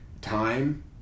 time